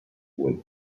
with